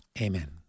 Amen